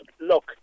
look